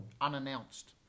unannounced